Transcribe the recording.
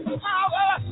power